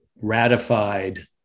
ratified